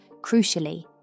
crucially